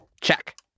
Check